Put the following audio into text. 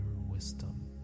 wisdom